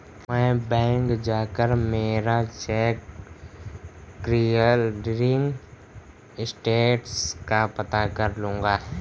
मैं बैंक जाकर मेरा चेक क्लियरिंग स्टेटस का पता कर लूँगा